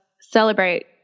celebrate